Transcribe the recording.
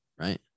right